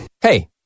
Hey